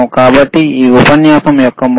కాబట్టి ఇది ఈ ఉపన్యాసం యొక్క ముగింపు